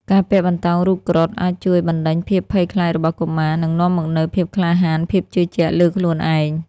ការពាក់បន្តោងរូបគ្រុឌអាចជួយបណ្ដេញភាពភ័យខ្លាចរបស់កុមារ និងនាំមកនូវភាពក្លាហាន ភាពជឿជាក់លើខ្លួនឯង។